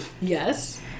Yes